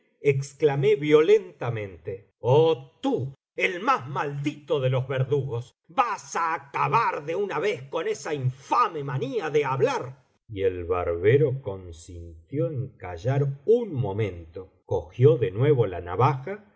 exclamé violentamente olí tú el más maldito de los verdugos vas á acabar de una vez con esa infame manía de hablar y el barbero consintió en callar un momento cogió de nuevo la navaja